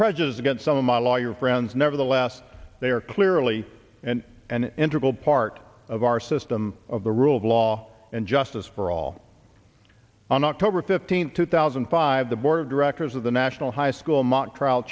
prejudice against some of my lawyer friends nevertheless they are clearly and an integral part of our system of the rule of law and justice for all on october fifteenth two thousand and five the board of directors of the national high school mock trial